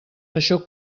això